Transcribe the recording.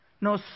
No